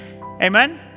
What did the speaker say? Amen